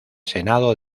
senado